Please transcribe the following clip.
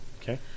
Okay